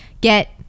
get